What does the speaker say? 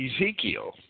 Ezekiel